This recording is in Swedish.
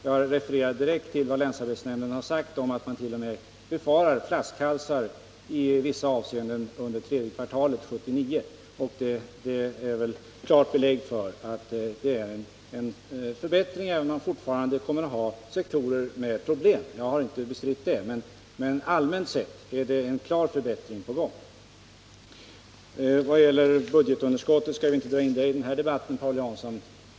Jag refererade direkt vad länsarbetsnämnden har sagt om att man t.o.m. befarar flaskhalsar i vissa avseenden under tredje kvartalet 1979. Det är väl klart belägg för att det är en förbättring, även om man fortfarande kommer att ha sektorer med problem, det har jag inte bestridit. Men allmänt sett är det en klar förbättring på gång. Budgetunderskottet skall vi inte dra in i denna debatt, Paul Jansson.